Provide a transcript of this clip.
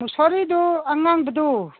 ꯃꯣꯁꯣꯔꯤꯗꯨ ꯑꯉꯥꯡꯕꯗꯨ